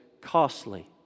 costly